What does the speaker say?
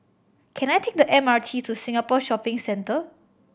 can I take the M R T to Singapore Shopping Centre